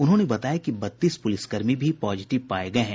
उन्होंने बताया कि बत्तीस पुलिसकर्मी भी पॉजिटिव पाये गये हैं